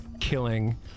killing